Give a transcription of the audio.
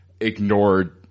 ignored